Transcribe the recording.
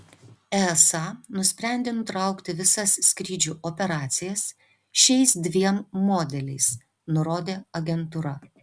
easa nusprendė nutraukti visas skrydžių operacijas šiais dviem modeliais nurodė agentūra